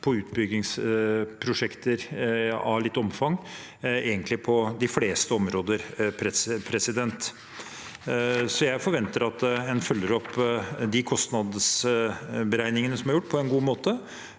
men utbyggingsprosjekter av litt omfang egentlig på de fleste områder. Jeg forventer at en følger opp de kostnadsberegningene som er gjort, på en god måte,